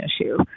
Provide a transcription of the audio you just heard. issue